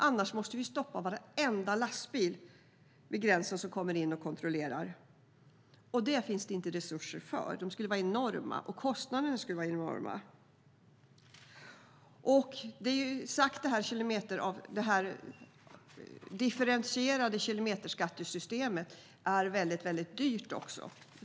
Annars måste vi stoppa och kontrollera varenda lastbil som kommer in vid gränsen. Det finns det inte resurser för. Och kostnaderna skulle vara enorma. Det här differentierade kilometerskattesystemet är väldigt dyrt också.